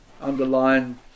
underline